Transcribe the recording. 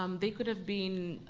um they could've been,